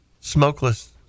smokeless